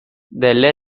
delle